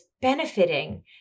benefiting